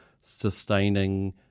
sustaining